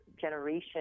generation